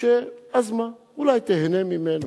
שאז מה, אולי תיהנה ממנו.